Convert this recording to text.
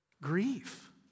grief